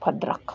Bhadrak